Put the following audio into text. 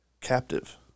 captive